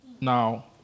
Now